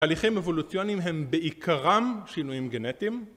תהליכים אבולוציוניים הם בעיקרם שינויים גנטיים...